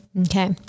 Okay